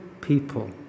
people